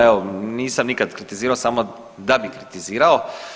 Evo nisam nikada kritizirao samo da bi kritizirao.